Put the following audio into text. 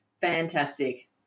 Fantastic